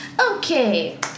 Okay